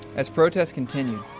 as protests continued,